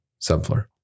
Subfloor